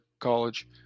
college